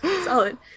solid